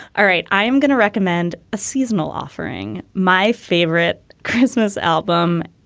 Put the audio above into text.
all right. i am going to recommend a seasonal offering, my favorite christmas album.